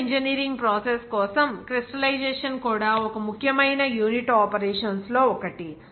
chemical engineering process కోసం crystallisation కూడా ఒక ముఖ్యమైన యూనిట్ ఆపరేషన్స్ లో ఒకటి